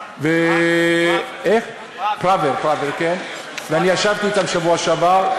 ואני ישבתי אתם בשבוע שעבר.